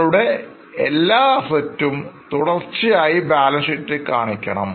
നിങ്ങളുടെ എല്ലാ Assetsഉം തുടർച്ചയായി ബാലൻസ് ഷീറ്റിൽകാണിക്കണം